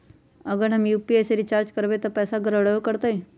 अगर हम यू.पी.आई से रिचार्ज करबै त पैसा गड़बड़ाई वो करतई?